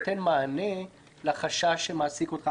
בזכויות הפרט נותן מענה לחשש שמעסיק אותך,